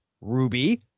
Ruby